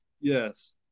Yes